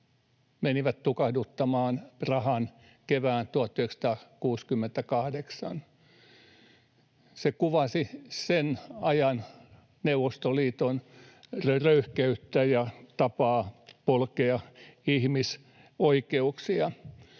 menivät tukahduttamaan Prahan kevään 1968. Se kuvasi sen ajan Neuvostoliiton röyhkeyttä ja tapaa polkea ihmisoikeuksia.